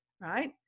right